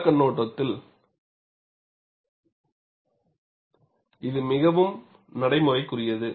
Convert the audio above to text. கள கண்ணோட்டத்தில் இது மிகவும் நடைமுறைக்குரியது